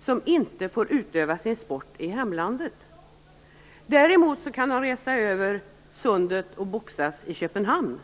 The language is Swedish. som inte får utöva sin sport i hemlandet. Däremot kan de resa över sundet och boxas i Köpenhamn.